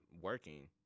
working